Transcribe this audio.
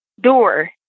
door